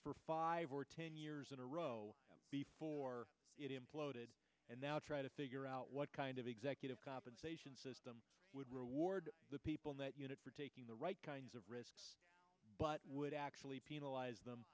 for five or ten years in a row before it imploded and now try to figure out what kind of executive compensation system would reward the people in that unit for taking the right kinds of risks but would actually penalize